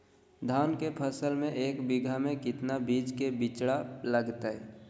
धान के फसल में एक बीघा में कितना बीज के बिचड़ा लगतय?